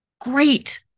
Great